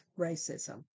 racism